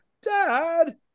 dad